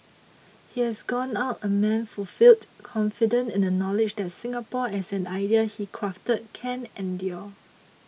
he has gone out a man fulfilled confident in the knowledge that Singapore as an idea he crafted can endure